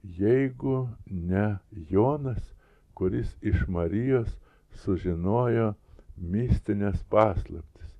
jeigu ne jonas kuris iš marijos sužinojo mistines paslaptis